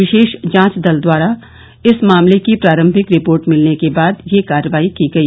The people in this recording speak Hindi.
विशेष जांच दल द्वारा इस मामले की प्रारंभिक रिपोर्ट मिलने के बाद यह कार्रवाई की गई